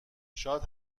شاد